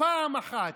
פעם אחת,